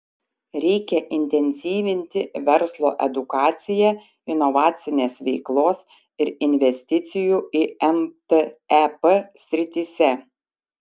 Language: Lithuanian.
reikia intensyvinti verslo edukaciją inovacinės veiklos ir investicijų į mtep srityse